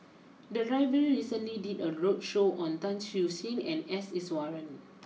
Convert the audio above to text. the library recently did a roadshow on Tan Siew Sin and S Iswaran